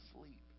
sleep